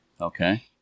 Okay